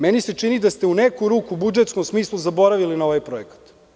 Meni se čini da ste u neku ruku u budžetskom smislu zaboravili na ovaj projekat.